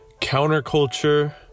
counterculture